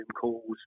calls